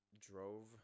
drove